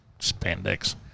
spandex